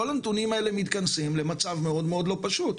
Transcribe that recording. כל הנתונים האלה מתכנסים למצב מאוד מאוד לא פשוט.